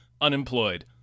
unemployed